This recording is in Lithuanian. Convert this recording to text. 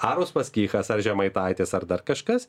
ar uspaskichas ar žemaitaitis ar dar kažkas